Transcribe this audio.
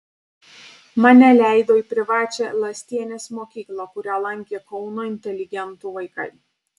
mane leido į privačią lastienės mokyklą kurią lankė kauno inteligentų vaikai